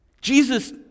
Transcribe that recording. Jesus